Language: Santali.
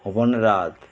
ᱦᱚᱯᱚᱱ ᱮᱨᱟᱛ